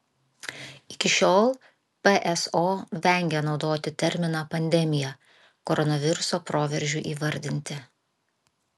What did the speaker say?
iki šiol pso vengė naudoti terminą pandemija koronaviruso proveržiui įvardinti